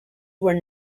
were